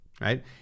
right